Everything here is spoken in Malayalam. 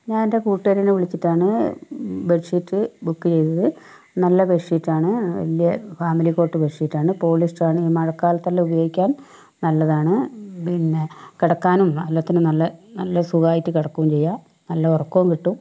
ഞാനെൻ്റെ കൂട്ടുകാരീനെ വിളിച്ചിട്ടാണ് ബെഡ്ഷീറ്റ് ബുക്ക് ചെയ്തത് നല്ല ബെഡ്ഷീറ്റാണ് വലിയ ഫാമിലികോട്ട് ബെഡ്ഷീറ്റാണ് പോളിസ്റ്ററാണ് ഈ മഴക്കാലത്തെല്ലാം ഉപയോഗിക്കാൻ നല്ലതാണ് പിന്നെ കിടക്കാനും എല്ലാത്തിനും നല്ല നല്ല സുഖമായിട്ട് കിടക്കുകയും ചെയ്യാം നല്ല ഉറക്കവും കിട്ടും